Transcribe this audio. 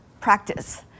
practice